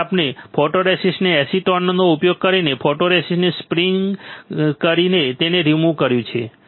તેથી આપણે આ ફોટોરેસિસ્ટને એસીટોનનો ઉપયોગ કરીને ફોટોરેસિસ્ટને સ્ટ્રિપિંગ કરીને તેને રિમૂવ કર્યું છે